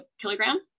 kilogram